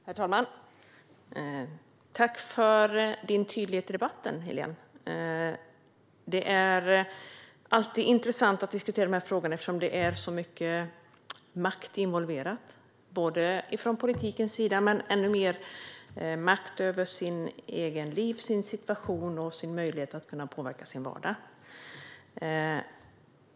Herr talman! Tack för din tydlighet i debatten, Helén. Det är alltid intressant att diskutera dessa frågor eftersom det är så mycket makt involverad. Det gäller både makten från politikens sida och makten över sitt eget liv, sin situation och sin möjlighet att påverka sin vardag.